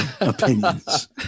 opinions